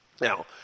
now